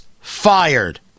fired